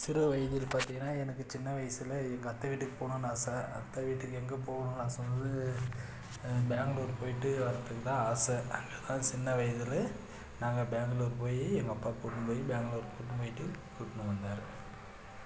சிறுவயதில் பார்த்திங்கன்னா எனக்கு சின்ன வயசில் எங்கள் அத்தை வீட்டுக்குப் போகணும்னு ஆசை அத்தை வீட்டுக்கு எங்கே போகணும்னு ஆசை வந்து பேங்களூருக்கு போய்விட்டு வரத்துக்குதான் ஆசை அது சின்ன வயதில் நாங்கள் பேங்களூருக்கு போய் எங்கள் அப்பா கூப்பிட்டுனு போய் பேங்களூருக்கு கூப்பிட்டு போய்விட்டு கூப்பிட்டுனு வந்தார்